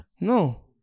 no